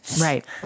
Right